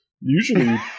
Usually